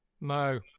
No